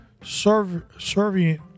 servient